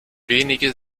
wenige